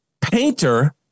painter